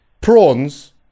Prawns